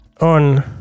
on